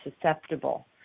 susceptible